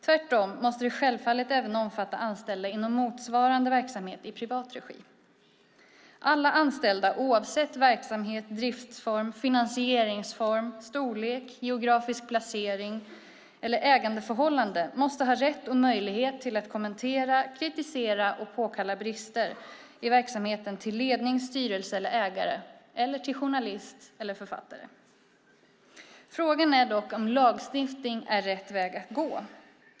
Tvärtom måste det självfallet även omfatta anställda inom motsvarande verksamhet i privat regi. Alla anställda, oavsett verksamhet, driftsform, finansieringsform, storlek, geografisk placering eller ägandeförhållande, måste ha rätt och möjlighet till att kommentera, kritisera och påkalla brister i verksamheten till ledning, styrelse eller ägare eller till journalist och författare. Frågan är dock om lagstiftning är rätt väg att gå.